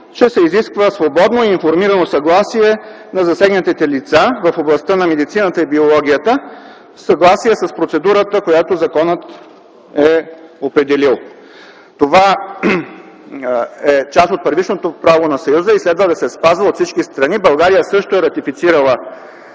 че се изисква свободно информирано съгласие на засегнатите лица в областта на медицината и биологията, в съгласие с процедурата, която законът е определил. Това е част от предишното право на Съюза и следва да се спазва от всички страни. България също е ратифицирала